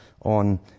on